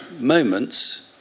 moments